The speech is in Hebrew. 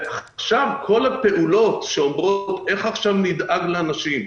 ואז כל הפעולות שאומרות איך עכשיו נדאג לאנשים,